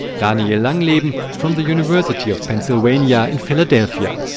daniel langleben from the university of pennsylvania in philadelphia.